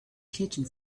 kitchen